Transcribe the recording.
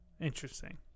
interesting